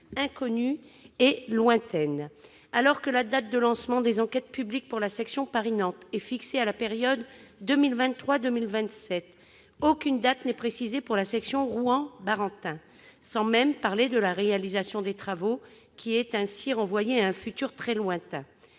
inconnue et lointaine. Alors que la date de lancement des enquêtes publiques pour la section Paris-Mantes est fixée à la période 2023-2027, aucune date n'est précisée pour la section Rouen-Barentin, sans même parler de la réalisation des travaux, qui est ainsi renvoyée à un futur très lointain.